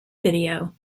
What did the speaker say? video